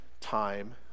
time